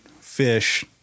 fish